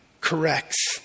corrects